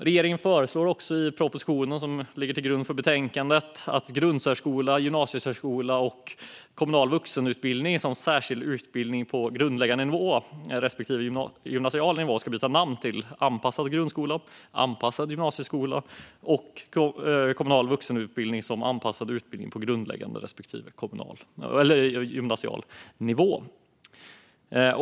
Regeringen föreslår också i propositionen som ligger till grund för betänkandet att grundsärskola, gymnasiesärskola och kommunal vuxenutbildning som särskild utbildning på grundläggande nivå respektive gymnasial nivå ska byta namn till anpassad grundskola, anpassad gymnasieskola och kommunal vuxenutbildning som anpassad utbildning på grundläggande nivå respektive gymnasial nivå.